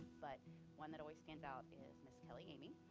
but one that always stands out is miss kelly amy,